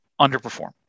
underperform